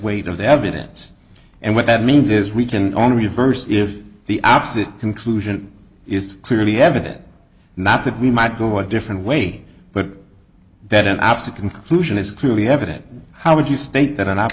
weight of the evidence and what that means is we can only reverse if the opposite conclusion is clearly evident not that we might go a different way but that an obstacle inclusion is clearly evident how would you state that an